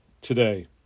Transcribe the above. Today